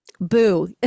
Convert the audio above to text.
Boo